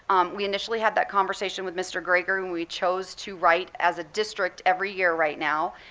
um we initially had that conversation with mr. gregory and we chose to write as a district every year right now.